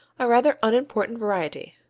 a rather unimportant variety.